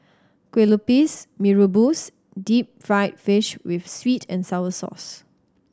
kue lupis Mee Rebus deep fried fish with sweet and sour sauce